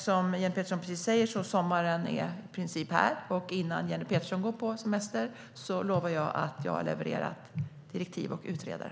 Som Jenny Petersson säger är sommaren i princip här. Innan Jenny Petersson går på semester lovar jag att jag levererar direktiv och utredare.